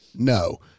No